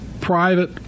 private